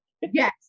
yes